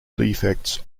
defects